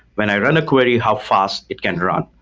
when i run a query, how fast it can run.